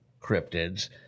cryptids